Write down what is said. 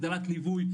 הגדרת ליווי,